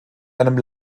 einem